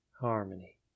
Harmony